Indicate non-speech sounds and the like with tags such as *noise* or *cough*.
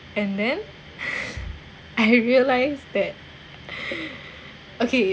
and then *laughs* I realise that okay